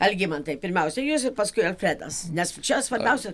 algimantai pirmiausia jūs paskui alfredas nes čia svarbiausia